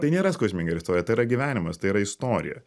tai nėra skausminga istorija tai yra gyvenimas tai yra istorija